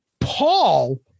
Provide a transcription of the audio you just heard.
paul